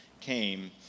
came